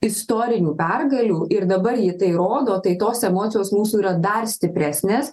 istorinių pergalių ir dabar ji tai rodo tai tos emocijos mūsų yra dar stipresnės